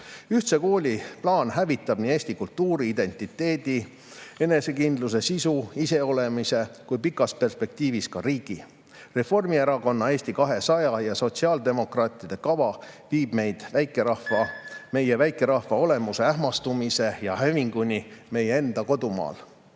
Ühtse kooli plaan hävitab nii Eesti kultuuri, identiteedi, enesekindluse, sisu, iseolemise kui pikas perspektiivis ka riigi. Reformierakonna, Eesti 200 ja sotsiaaldemokraatide kava viib meid meie väikerahva olemuse ähmastumise ja hävinguni meie enda kodumaal.